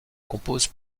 compose